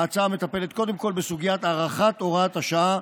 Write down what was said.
ההצעה מטפלת קודם כול בסוגיית הארכת הוראת השעה,